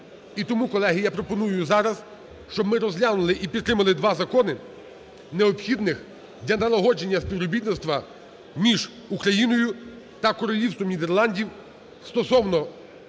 І тому, колеги, я пропоную зараз, щоб ми розглянули і підтримали два закони, необхідних для налагодження співробітництва між Україною та Королівством Нідерландів, стосовно